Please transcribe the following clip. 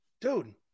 Dude